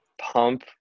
pump